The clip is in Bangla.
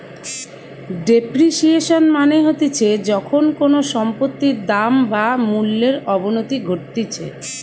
ডেপ্রিসিয়েশন মানে হতিছে যখন কোনো সম্পত্তির দাম বা মূল্যর অবনতি ঘটতিছে